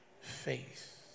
faith